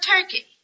turkey